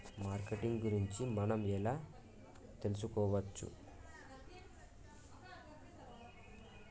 Marketing గురించి మనం ఎలా తెలుసుకోవచ్చు?